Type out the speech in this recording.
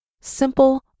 Simple